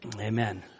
Amen